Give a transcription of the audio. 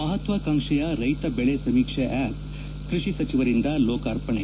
ಮಹತ್ವಾಕಾಂಕ್ಷೆಯ ರೈತ ಬೆಳಿ ಸಮೀಕ್ಷೆ ಆಪ್ ಕೃಷಿ ಸಚಿವರಿಂದ ಲೋಕಾರ್ಪಣೆ